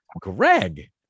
Greg